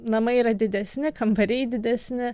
namai yra didesni kambariai didesni